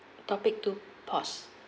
topic two pause